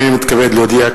הנני מתכבד להודיע,